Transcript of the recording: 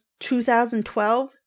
2012